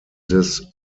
this